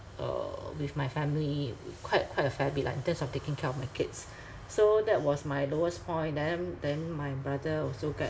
uh with my family quite quite a fair bit lah in terms of taking care of my kids so that was my lowest point then then my brother also get